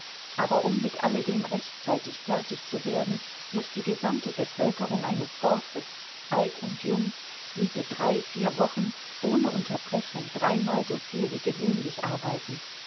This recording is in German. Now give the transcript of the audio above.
aber um mit alledem rechtzeitig fertig zu werden muß die gesamte bevölkerung eines dorfes alt und jung diese drei vier wochen ohne unterbrechung dreimal soviel wie gewöhnlich arbeiten